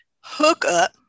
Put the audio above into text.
hookup